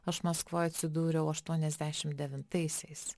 aš maskvoj atsidūriau aštuoniasdešim devintaisiais